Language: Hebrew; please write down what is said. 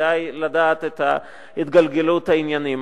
כדאי לדעת את התגלגלות העניינים.